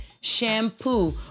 shampoo